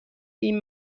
این